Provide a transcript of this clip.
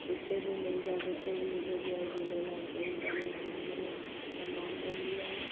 जिते बि मिल जे जिते बि हुजे जय झूलेलाल चई करे मां हुननि जो संमानु कंदी आहियां